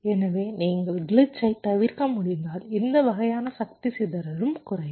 எனவே நீங்கள் கிளிச்சைத் தவிர்க்க முடிந்தால் இந்த வகையான சக்தி சிதறலும் குறையும்